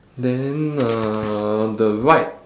then uh the right